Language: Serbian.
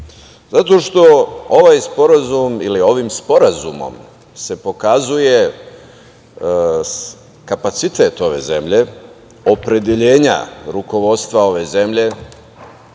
Zato što se ovim sporazumom pokazuje kapacitet ove zemlje, opredeljenja rukovodstva ove zemlje